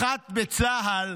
מח"ט בצה"ל